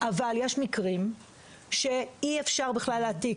אבל יש מקרים שאי-אפשר להעתיק,